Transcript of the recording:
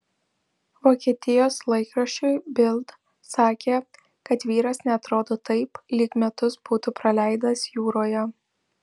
vokietijos laikraščiui bild sakė kad vyras neatrodo taip lyg metus būtų praleidęs jūroje